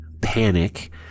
panic